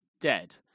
dead